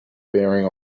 bearing